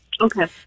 Okay